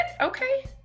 okay